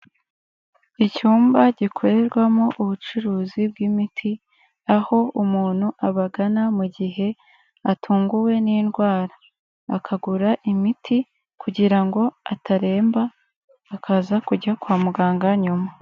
Icyumba gikorerwamo ubucuruzi bw'imiti, aho umuntu abagana mu gihe atunguwe n'indwara, akagura imiti kugira ngo ataremba, akaza kujya kwa muganga nyuma.